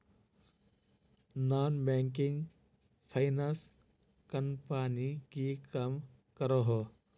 Non banking finance company की काम करोहो?